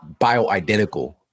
bioidentical